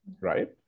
right